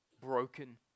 broken